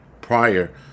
prior